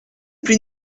plus